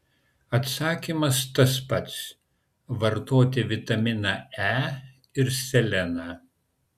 atsakymas tas pats vartoti vitaminą e ir seleną